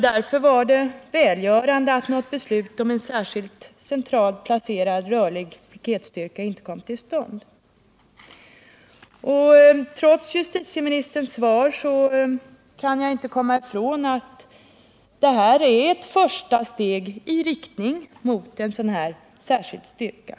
Därför var det välgörande att något beslut om en särskild centralt placerad rörlig piketstyrka inte kom till stånd. Trots justitieministerns svar kan jag inte komma ifrån att detta är ett första steg i riktning mot en sådan särskild styrka.